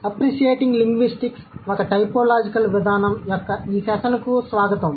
appreciating linguistics ఒక typological విధానం యొక్క ఈ సెషన్కు స్వాగతం